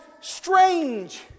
strange